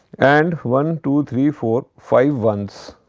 and one two three four five ones